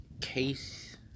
case